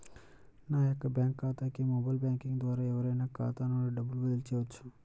నా యొక్క బ్యాంక్ ఖాతాకి మొబైల్ బ్యాంకింగ్ ద్వారా ఎవరైనా ఖాతా నుండి డబ్బు బదిలీ చేయవచ్చా?